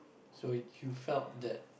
so you felt that